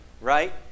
right